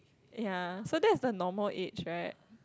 ya so that's the normal age right